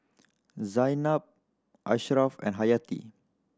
Zaynab Ashraf and Hayati